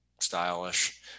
stylish